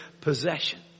possession